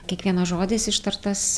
kiekvienas žodis ištartas